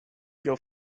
your